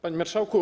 Panie Marszałku!